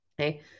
Okay